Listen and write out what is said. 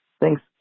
Thanks